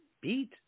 beat